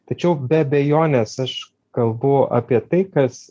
tačiau be abejonės aš kalbu apie tai kas